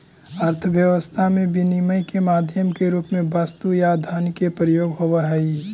अर्थव्यवस्था में विनिमय के माध्यम के रूप में वस्तु या धन के प्रयोग होवऽ हई